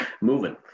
moving